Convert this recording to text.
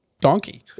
donkey